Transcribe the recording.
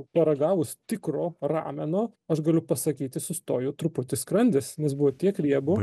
paragavus tikro rameno aš galiu pasakyti sustojo truputį skrandis nes buvo tiek riebu